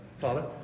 Father